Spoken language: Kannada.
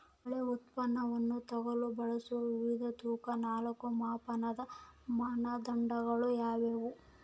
ಬೆಳೆ ಉತ್ಪನ್ನವನ್ನು ತೂಗಲು ಬಳಸುವ ವಿವಿಧ ತೂಕದ ನಾಲ್ಕು ಮಾಪನದ ಮಾನದಂಡಗಳು ಯಾವುವು?